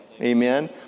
Amen